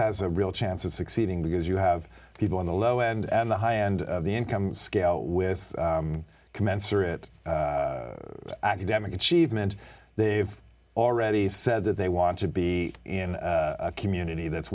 has a real chance of succeeding because you have people on the low end and the high end of the income scale with commensurate academic achievement they have already said that they want to be in a community that's